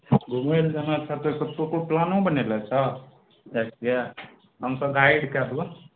घुमय लए जाना छऽ तऽ कोइ कोइ प्लानो बनय लए छऽ जाइके हमसब गाइड कए देबऽ